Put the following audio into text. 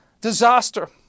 disaster